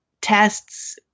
tests